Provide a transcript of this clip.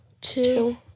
two